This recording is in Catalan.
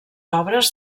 obres